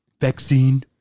vaccine